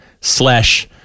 slash